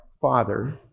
Father